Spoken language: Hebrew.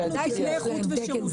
יש לנו תקני איכות ושירות,